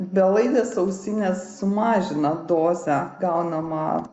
belaidės ausinės sumažina dozę gaunamą